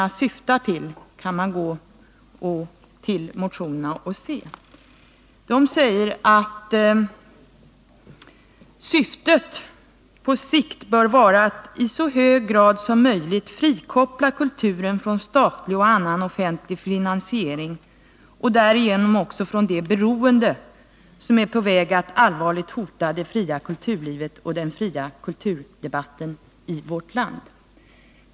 I motion 1980/81:1864 står det att syftet på sikt bör vara ”att i så hög grad som möjligt —-—- frikoppla kulturen från statlig och annan offentlig finansiering och därigenom också från det beroende som är på väg att allvarligt hota det fria kulturlivet och den fria kulturdebatten i vårt land”.